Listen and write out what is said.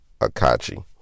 Akachi